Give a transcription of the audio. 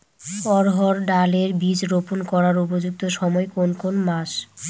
অড়হড় ডাল এর বীজ রোপন করার উপযুক্ত সময় কোন কোন মাস?